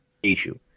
issue